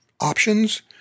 options